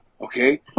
Okay